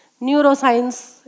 Neuroscience